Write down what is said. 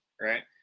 right